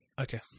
Okay